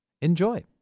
Enjoy